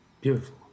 Beautiful